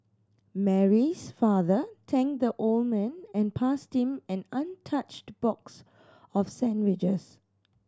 Mary's father thanked the old man and passed him an untouched box of sandwiches